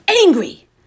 angry